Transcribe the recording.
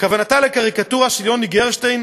הכוונה לקריקטורה של יוני גרשטיין,